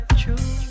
true